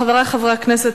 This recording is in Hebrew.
חברי חברי הכנסת,